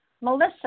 Melissa